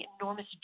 enormous